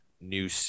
new